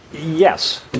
Yes